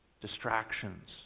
Distractions